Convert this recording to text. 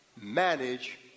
manage